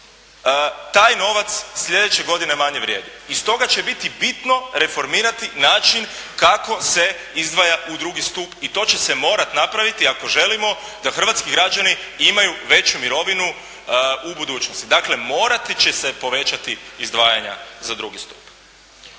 taj novac sljedeće godine manje vrijedi. I stoga će biti bitno reformirati način kako se izdvaja u drugi stup i to će se morat napraviti ako želimo da hrvatski građani imaju veću mirovinu u budućnosti. Dakle morati će se povećati izdvajanja za drugi stup.